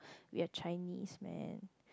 we're Chinese man